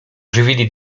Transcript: żywili